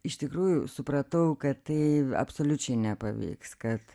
iš tikrųjų supratau kad tai absoliučiai nepavyks kad